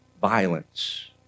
violence